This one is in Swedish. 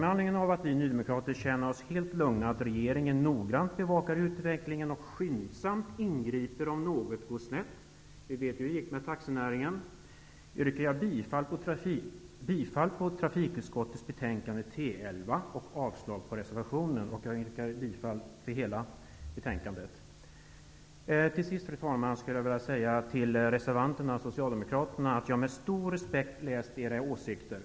Med anledning av att vi nydemokrater känner oss helt lugna för att regeringen noggrannt bevakar utvecklingen och skyndsamt ingriper om något går snett -- vi vet hur det gick med taxinäringen -- yrkar jag bifall till hemställan i dess helhet i trafikutskottets betänkande T11 och avslag på reservationen. Fru talman! Till sist vill jag säga till reservanterna, socialdemokraterna, att jag med stor respekt har tagit del av era åsikter.